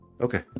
Okay